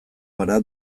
gara